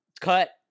cut